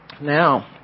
Now